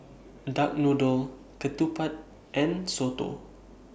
Duck Noodle Ketupat and Soto